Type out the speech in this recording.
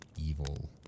evil